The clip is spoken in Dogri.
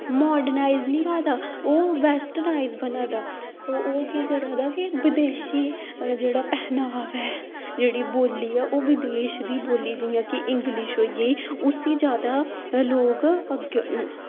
मार्डनाईज़ निं होआ दा ओह् बैस्टर्नाइज़ बना दा ओह् केह् करा दा के बदेशी जेह्ड़ा पैह्नावा ऐ जेह्ड़ी बोल्ली ऐ ओह् बिदेश दी बोल्ली जियां कि इंग्लिश होई गेई उसी जादा लोग अग्गें